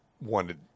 wanted